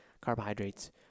carbohydrates